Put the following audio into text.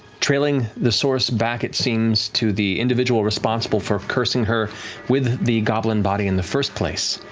trailing the source back, it seems, to the individual responsible for cursing her with the goblin body in the first place,